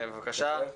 בבקשה.